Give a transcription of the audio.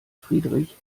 friedrich